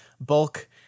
bulk